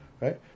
Right